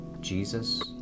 Jesus